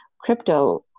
crypto